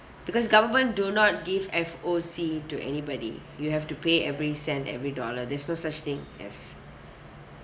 because government do not give F_O_C to anybody you have to pay every cent every dollar there's no such thing as